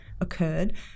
occurred